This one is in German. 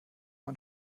man